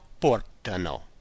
portano